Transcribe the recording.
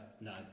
No